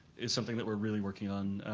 is something that we're really working on.